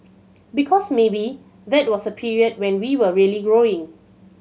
because maybe that was a period when we were really growing